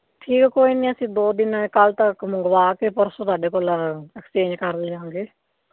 ਠੀਕ ਆ ਕੋਈ ਨਹੀਂ ਅਸੀਂ ਦੋ ਦਿਨ ਕੱਲ੍ਹ ਤੱਕ ਮੰਗਵਾ ਕੇ ਪਰਸੋਂ ਤੁਹਾਡੇ ਕੋਲ ਅਕਸਚੇਂਜ ਕਰ ਦਿਆਂਗੇ